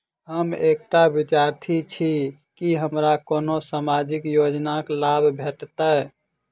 हम एकटा विद्यार्थी छी, की हमरा कोनो सामाजिक योजनाक लाभ भेटतय?